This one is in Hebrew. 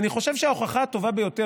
אני חושב שההוכחה הטובה ביותר,